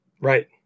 right